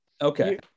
Okay